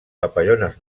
papallones